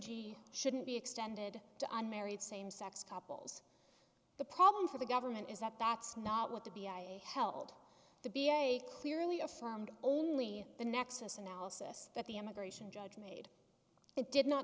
g shouldn't be extended to unmarried same sex couples the problem for the government is that that's not what to be held to be a clearly affirmed only the nexus analysis that the immigration judge made it did not